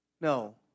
No